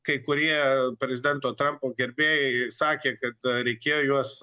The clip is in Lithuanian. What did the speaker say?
kai kurie prezidento trampo gerbėjai sakė kad reikėjo juos